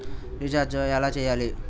Recharge ఎలా చెయ్యాలి?